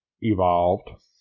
evolved